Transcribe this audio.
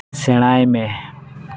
ᱥᱮᱬᱟᱭ ᱢᱮ